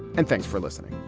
and thanks for listening